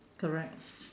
correct